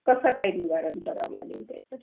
कसं काय निवारण कराव लागेल त्याचं